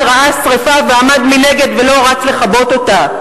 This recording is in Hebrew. ראה שרפה ועמד מנגד ולא רץ לכבות אותה.